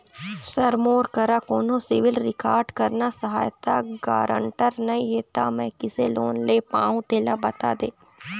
sir मोर करा कोन्हो सिविल रिकॉर्ड करना सहायता गारंटर नई हे ता मे किसे लोन ले पाहुं तेला बता दे